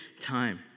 time